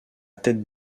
tête